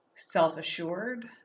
self-assured